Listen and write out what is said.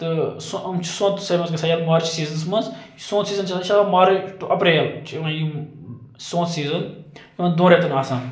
تہٕ سُہ اُم چھِ سونتسٕے مَنٛز گژھان یَلہٕ مارچہِ سیٖزنَس مَنٛز سونت سیٖزَن چھُ آسان یہِ چھُ آسان مارٕچ ٹُو اپریل چھُ یِوان یِم سونت سیٖزَن یِمَن دۄن ریٚتَن آسان